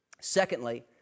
Secondly